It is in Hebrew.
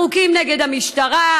חוקים נגד המשטרה,